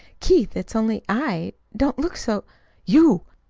keith, it's only i! don't look so you?